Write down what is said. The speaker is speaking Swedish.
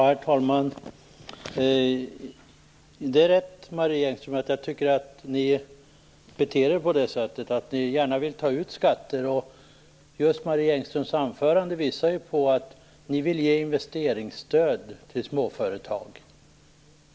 Herr talman! Det är riktigt att jag tycker att Vänsterpartiet beter sig på det sättet att man gärna vill ta ut skatter, och Marie Engströms anförande visar på att man vill ge investeringsstöd till småföretag.